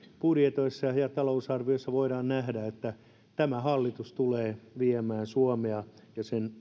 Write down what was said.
budjeteissa ja talousarvioissa voidaan nähdä että tämä hallitus tulee viemään suomea ja sen